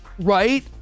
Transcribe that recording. Right